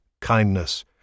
kindness